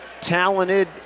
talented